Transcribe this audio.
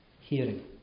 hearing